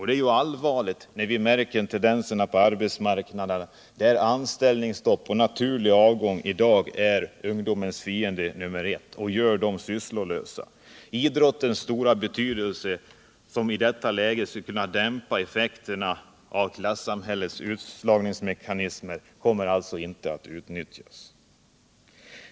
Detta är allvarligt med tanke på tendenserna på arbetsmarknaden, där anställningsstopp och naturlig avgång i dag är ungdomens fiende nr 1, eftersom ungdomen görs sysslolös. Idrottens stora betydelse, som i detta läge skulle kunna dämpa effekterna av klassamhällets utslagningsmekanismer, kommer alltså inte att utnyttjas.